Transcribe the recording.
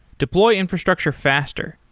deploy infrastructure faster.